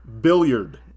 Billiard